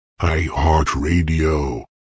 iHeartRadio